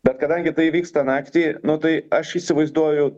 bet kadangi tai vyksta naktį nu tai aš įsivaizduoju